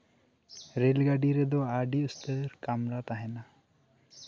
rail ᱜᱟᱹᱰᱤ ᱨᱮᱫᱚ ᱟᱹᱰᱤ ᱩᱥᱛᱟᱹᱨ ᱠᱟᱢᱨᱟ ᱛᱟᱦᱮᱸᱱᱟ